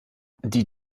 die